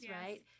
right